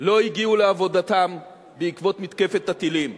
לא הגיעו לעבודתם בעקבות מתקפת הטילים.